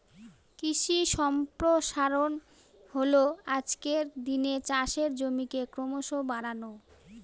কৃষি সম্প্রসারণ হল আজকের দিনে চাষের জমিকে ক্রমশ বাড়ানো